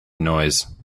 noise